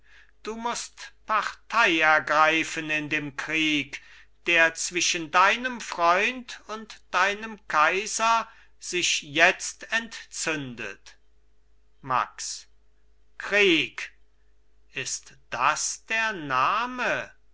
du mußt partei ergreifen in dem krieg der zwischen deinem freund und deinem kaiser sich jetzt entzündet max krieg ist das der name